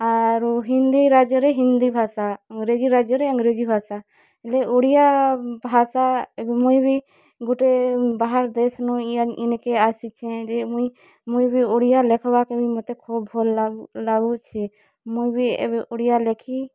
ଆରୁ ହିନ୍ଦୀ ରାଜ୍ୟରେ ହିନ୍ଦୀ ଭାଷା ଅଂରେଜି ରାଜ୍ୟରେ ଅଂରେଜି ଭାଷା ହେଲେ ଓଡ଼ିଆ ଭାଷା ମୁଇଁ ବି ଗୁଟେ ବାହାର୍ ଦେଶ୍ନୁ ଇ ଇନ୍କେ ଆସିଛେ ମୁଇଁ ମୁଇଁ ବି ଓଡ଼ିଆ ଲେଖ୍ବା କେ ମତେ ଭଲ୍ ଲାଗୁଛେ ମୁଇଁ ବି ଏବେ ଓଡ଼ିଆ ଲେଖି